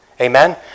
Amen